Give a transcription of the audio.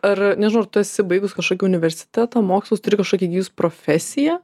ar nežinau ar tu esi baigus kažkokį universitetą mokslus turi kažkokį įgijus profesiją